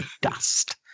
dust